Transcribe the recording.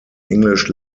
english